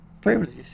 privileges